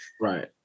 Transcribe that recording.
right